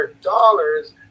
dollars